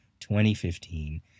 2015